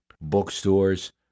bookstores